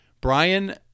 Brian